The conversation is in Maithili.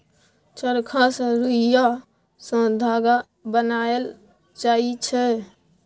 चरखा सँ रुइया सँ धागा बनाएल जाइ छै